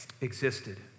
existed